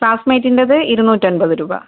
ക്ലാസ്സ്മേയ്റ്റിൻ്റെത് ഇരുന്നൂറ്റൻപത് രൂപ